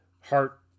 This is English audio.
Heart